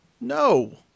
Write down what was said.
no